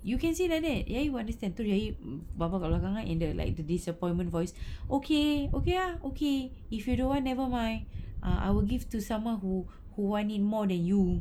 you can say like that ayi will understand tu ayi buat kadang-kadang in the like the disappointment voice okay okay ah okay if you don't want never mind uh I will give to someone who who want it more than you